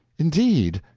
indeed?